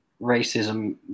racism